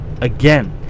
again